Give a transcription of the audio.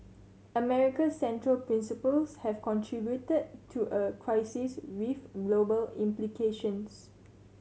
America's central principles have contributed to a crisis with global implications